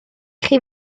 chi